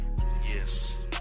yes